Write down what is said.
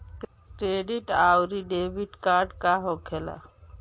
Credit आउरी debit card का होखेला?